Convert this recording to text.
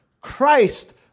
Christ